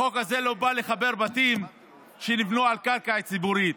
החוק הזה לא בא לחבר בתים שנבנו על קרקע ציבורית.